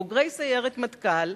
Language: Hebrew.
בוגרי סיירת מטכ"ל,